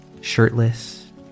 shirtless